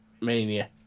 Mania